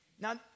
Now